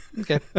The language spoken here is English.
Okay